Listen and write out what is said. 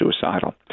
suicidal